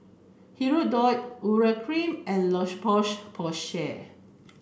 Hirudoid Urea Cream and La Poche Porsay